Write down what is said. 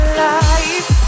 life